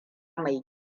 mai